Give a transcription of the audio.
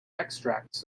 extracts